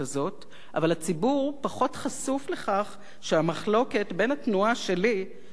אבל הציבור פחות חשוף לכך שהמחלוקת בין התנועה שלי ובין תנועתו